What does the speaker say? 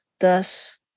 thus